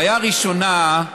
בעיה ראשונה,